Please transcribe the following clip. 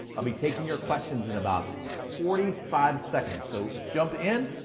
i'll be taking your questions in about forty five seconds. so jump in.